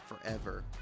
forever